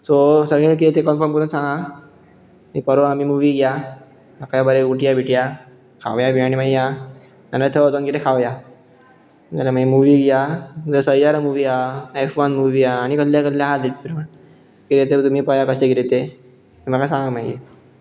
so सगळे कितें तें कन्फर्म करून सांगा परवां आमी मुवीक या सकाळीं बरें उटया बिटया खावया पिवया आनी मागीर या नाजाल्यार थंय वचून कितें खावया नाजाल्यार मागीर मुवीक या जाल्यार सैयारा मुवीक आसा एफ वन मुवी आसा आनी कसलीं कसलीं आसा ते फिल्मां कितें तरी तुमी पळया कशें कितें तें म्हाका सांगा मागीर